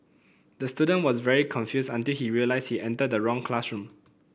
the student was very confused until he realised he entered the wrong classroom